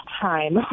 time